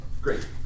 Great